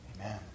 Amen